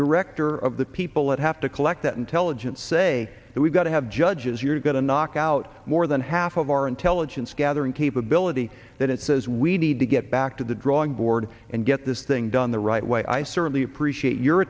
director of the people that have to collect that intelligence say that we've got to have judges you're going to knock out more than half of our intelligence gathering capability that it says we need to get back to the drawing board and get this thing done the right way i certainly appreciate your